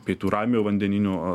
pietų ramiojo vandenyno